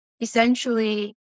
essentially